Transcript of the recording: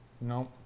No